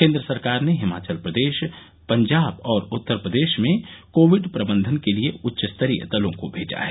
केंद्र सरकार ने हिमाचल प्रदेश पंजाब और उत्तर प्रदेश में कोविड प्रबंधन के लिए उच्च स्तरीय दलों को भेजा है